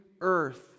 earth